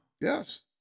Yes